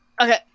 Okay